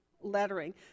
lettering